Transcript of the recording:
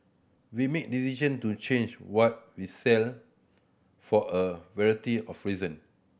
we make decision to change what we sell for a variety of reason